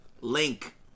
Link